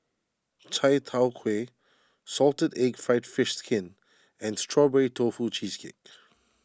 Chai Tow Kway Salted Egg Fried Fish Skin and Strawberry Tofu Cheesecake